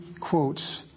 quotes